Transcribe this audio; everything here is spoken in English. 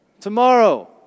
Tomorrow